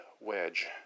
wedge